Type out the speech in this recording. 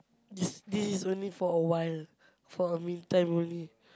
this this is only for a while for a meantime only